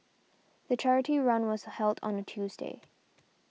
the charity run was held on a Tuesday